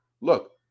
look